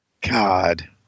God